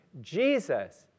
Jesus